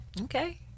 okay